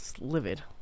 livid